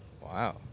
Wow